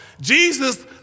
Jesus